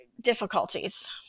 difficulties